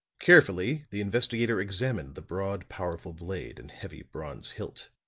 carefully the investigator examined the broad, powerful blade and heavy bronze hilt.